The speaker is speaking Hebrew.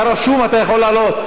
אתה רשום, אתה יכול לעלות.